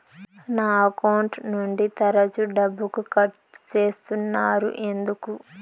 నా అకౌంట్ నుండి తరచు డబ్బుకు కట్ సేస్తున్నారు ఎందుకు